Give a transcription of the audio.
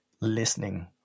listening